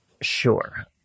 Sure